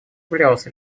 являлось